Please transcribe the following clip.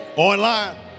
Online